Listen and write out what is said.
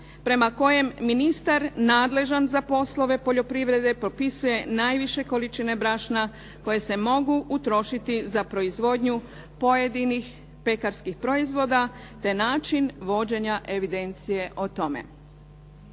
prema kojem ministar nadležan za poslove poljoprivrede propisuje najviše količine brašna koje se mogu utrošiti za proizvodnju pojedinih pekarskih proizvoda te način vođenja evidencije o tome.